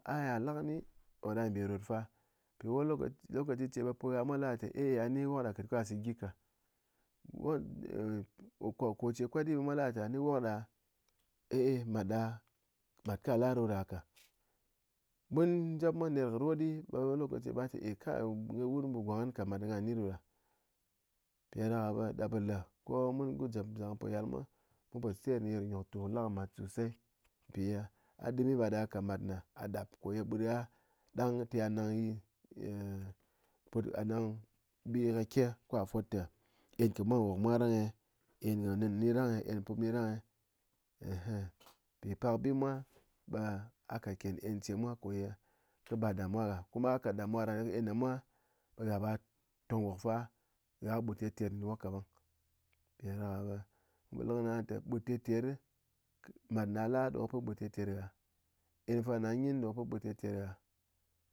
A iya lakɨni oɗa nɓi rot fa mpi lokaci che ɓ pugha mwa le té eh eh wok ɗa kɨt ka sit gyi ka, koche kwat ɓe mwa le gha ténɨ wok ɗa eh eh mat ɗa maat ka la ɗoɗa ka. Mun jep mwa ner kɨ rot ɓe wani lokaci ɓe wun ɓe wu gwong ghan ka mat gha ni ɗoɗa, mpiɗáɗaka ɓe ɗa ɓe le ko mun jep zalng po yal mwa mun po te ner nyoktu lakɨ mat sosai mpi ye a dɨm ɓe a da kat mat ne a ɗap koye ɓut gha ɗang te gha nang ɓi kake ko gha fot te en kɨ mwa wok mwa rang eh, en nɨn nyi rang eh en kɨ pup nyi rang eh, eh he mpi pak bi mwa ɓe a kat kén en che mwa koye kɨ bar damuwa gha, kuma a kat damuwa en ɗa mwa ɓe ghá ɓa tong wok fa gha ɓut terter dɨn wok ka ɓang, mpiɗáɗaka ɓe mun po le kɨni a té ɓut terter, mat na la ɗo kɨ pén but terter gha, en fa na nyin ɗo pén ɓut terter gha